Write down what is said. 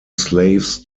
slaves